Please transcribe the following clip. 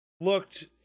looked